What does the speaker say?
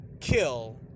kill